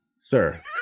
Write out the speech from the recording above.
sir